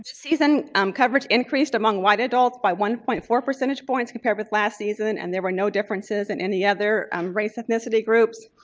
season um coverage increased among white adults by one point four percentage points compared with last season. and there were no differences in any other um race ethnicity groups.